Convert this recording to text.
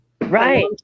right